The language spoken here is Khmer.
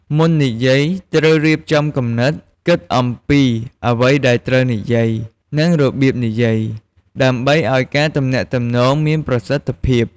មុននិយាយ ត្រូវរៀបចំគំនិត គិតអំពីអ្វីដែលត្រូវនិយាយ និងរបៀបនិយាយ ដើម្បីឱ្យការទំនាក់ទំនងមានប្រសិទ្ធភាព។